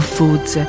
Foods